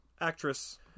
actress